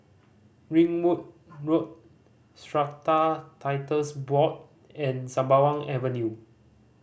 Ringwood Road Strata Titles Board and Sembawang Avenue